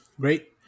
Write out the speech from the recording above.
Great